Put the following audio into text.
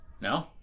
no